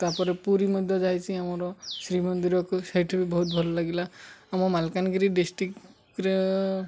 ତାପରେ ପୁରୀ ମଧ୍ୟ ଯାଇଛି ଆମର ଶ୍ରୀମନ୍ଦିରକୁ ସେଇଠି ବି ବହୁତ ଭଲ ଲାଗିଲା ଆମ ମାଲକାନଗିରି ଡିଷ୍ଟ୍ରିକରେ